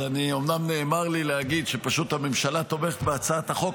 אומנם נאמר לי להגיד פשוט שהממשלה תומכת בהצעת החוק,